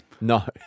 no